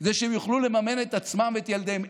כדי שהם יוכלו לממן את עצמם ואת ילדיהם.